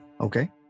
Okay